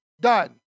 done